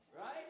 right